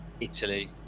Italy